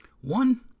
One